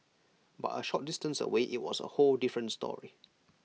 but A short distance away IT was A whole different story